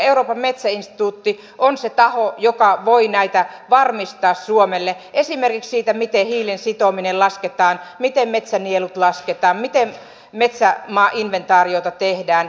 euroopan metsäinstituutti on se taho joka voi näitä varmistaa suomelle esimerkiksi siitä miten hiilen sitominen lasketaan miten metsänielut lasketaan miten metsämaainventaariota tehdään